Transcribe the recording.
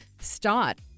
start